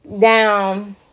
down